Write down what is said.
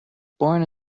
born